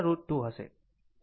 5 હશે